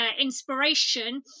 inspiration